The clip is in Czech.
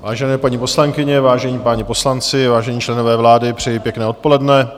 Vážené paní poslankyně, vážení páni poslanci, vážení členové vlády, přeji pěkné odpoledne.